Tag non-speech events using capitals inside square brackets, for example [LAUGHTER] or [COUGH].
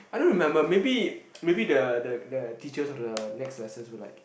I don't remember maybe [NOISE] maybe the the the teachers of the next lesson were like